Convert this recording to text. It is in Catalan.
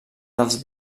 dels